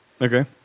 Okay